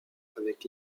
avec